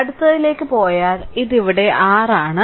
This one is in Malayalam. അടുത്തതിലേക്ക് പോയാൽ ഇത് ഇവിടെ r ആണ്